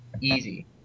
easy